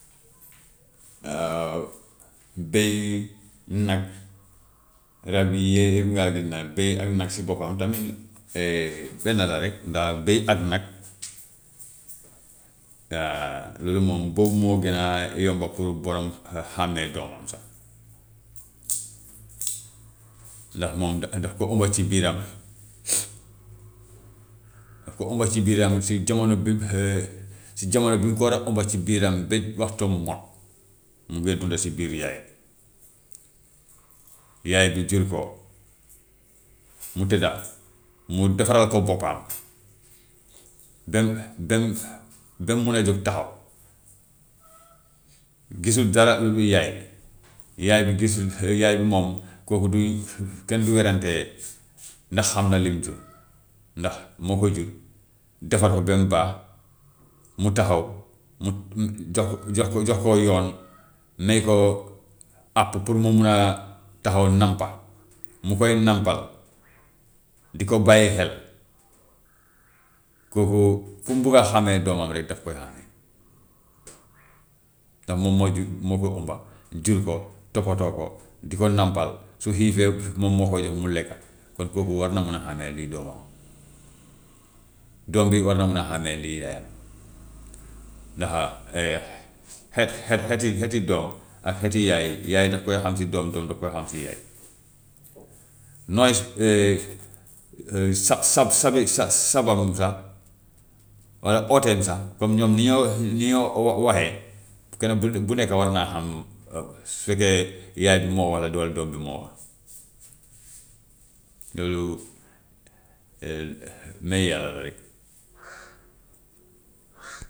Waaw bëy, nag, rab yi bëy ak nag si boppam tamit benn la rek, ndax bëy ak nag loolu moom boobu moo gën a yomb pour borom xàmmee doomam sax. ndax moom da- daf ko ëmb ci biiram daf ko ëmb ci biiram si jamono bi mu si jamono bi mu ko war a ëmba ci biiram bi ba waxtoom mot mu ngee dund si biiru yaayam. Yaay bi jur ko, mu tëdda, mu defaral ko boppam ba mu ba mu ba mu mën a jóg taxaw, gisut dara lu dul yaay bi, yaay bi gisul yaay bi moom kooku duy kenn du werante ndax xam na li mu jur. Ndax moo ko jur defar ko ba mu baax, mu taxaw, mu mu jox jox jox ko yoon may ko àpp pour mu mun a taxaw nàmpa. Mu koy nàmpal, di ko bàyyi xel, kooku fu mu bugga xàmmee doomam rek daf koy xàmme, ndax moom moo jur moo ko êmba, jur ko, toppatoo ko, di ko nàmpal, su xiifee moom moo koy jox mu lekk, kon kooku war na mun a xàmme luy doomam. Doom bi it war na mun a xàmmee luy yaayam, ndax xet xet xeti xeti doom ak xeti yaay, yaay daf koy xam si doom, doom daf koy xam si yaay sab sab sabi sa- sabam sax walla ooteem sax comme ñoom ni ñoo wax ni ñoo wa- waxee kenn bu bu nekk war naa xam su fekkee yaay bi moo wax walla doom bi moo wax loolu mayu yàlla la rek.